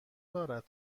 دارد